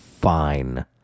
fine